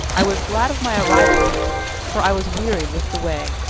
i was glad of my arrival for i was wearied with the way,